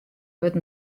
wurdt